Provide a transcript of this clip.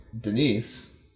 Denise